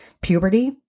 puberty